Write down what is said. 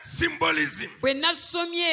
symbolism